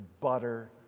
butter